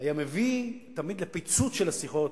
היה מביא תמיד לפיצוץ של השיחות,